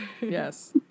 Yes